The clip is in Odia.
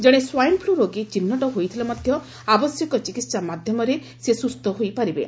ଜଣେ ସ୍ୱାଇନ୍ ଫ୍ଲ ରୋଗୀ ଚିହ୍ବଟ ହୋଇଥିଲେ ମଧ ଆବଶ୍ୟକ ଚିକିହା ମାଧ୍ଧମରେ ସେ ସୁସ୍ଚ ହୋଇପାରିବେ